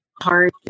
hard